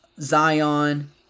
Zion